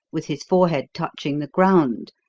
with his forehead touching the ground,